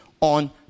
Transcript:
on